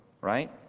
right